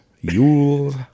Yule